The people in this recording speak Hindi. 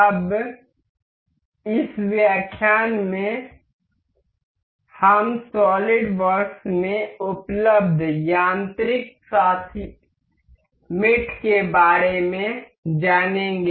अब इस व्याख्यान में हम सॉलिडवर्क्स में उपलब्ध यांत्रिक साथियों के बारे में जानेंगे